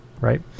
right